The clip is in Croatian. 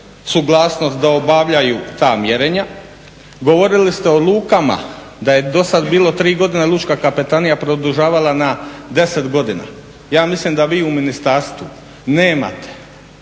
suglasnost da obavljaju ta mjerenja. Govorili ste o lukama da je do sada bilo 3 godine lučka kapetanija produžavala na 10 godina. Ja mislim da vi u ministarstvu nemate